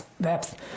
depth